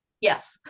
yes